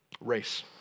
Race